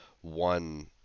one